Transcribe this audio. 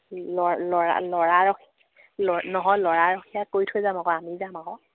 ল'ৰ ল'ৰা ৰখীয়া কৰি থৈ যাম আকৌ আমি যাম আকৌ